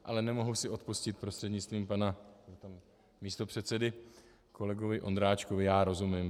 Ale nemohu si odpustit, prostřednictvím pana místopředsedy kolegovi Ondráčkovi já rozumím.